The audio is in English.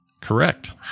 Correct